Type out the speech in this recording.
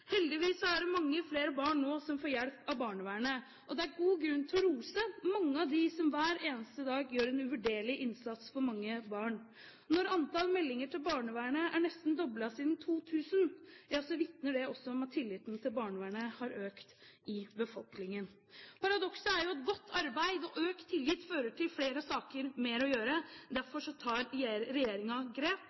Heldigvis er det mange flere barn som nå får hjelp av barnevernet. Det er god grunn til å rose mange av dem som hver eneste dag gjør en uvurderlig innsats for mange barn. Når antall meldinger til barnevernet nesten er doblet siden 2000, vitner det om at tilliten til barnevernet har økt i befolkningen. Paradokset er at et godt arbeid og økt tillit fører til flere saker og mer å gjøre. Derfor tar regjeringen grep.